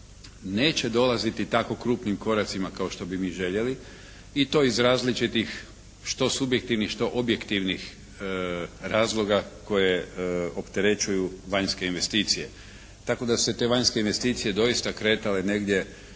neće dolaziti tako krupnim koracima kao što bi mi željeli i to iz različitih što subjektivnih što objektivnih razloga koji opterećuju vanjske investicije, tako da su se te vanjske investicije doista kretale negdje